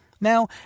Now